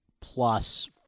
plus